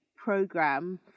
program